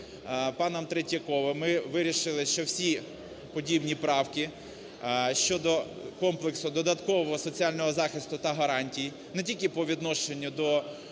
паном Третьяковим ми вирішили, що всі подібні правки щодо комплексу додаткового соціального захисту та гарантій не тільки по відношенню до